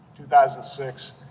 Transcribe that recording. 2006